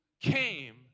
came